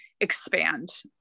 expand